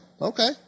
Okay